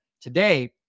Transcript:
today